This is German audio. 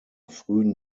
frühen